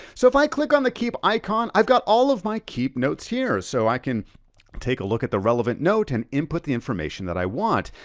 so if i click on the keep icon, i've got all of my keep notes here. so i can take a look at the relevant note and input the information that i want.